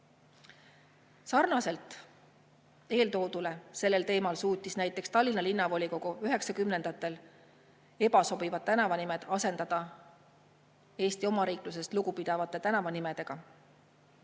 Sarnaselt eelmainitutega suutis näiteks Tallinna Linnavolikogu 1990‑ndatel ebasobivad tänavanimed asendada Eesti omariiklusest lugu pidavate tänavanimedega.